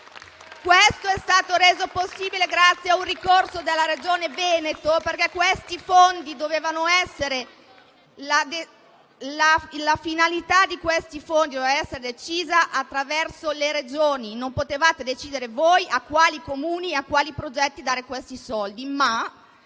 Questo è stato reso possibile grazie a un ricorso della Regione Veneto, perché la finalità di questi fondi doveva essere decisa attraverso le Regioni, non potevate decidere voi a quali Comuni e a quali progetti dare questi soldi.